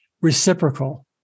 reciprocal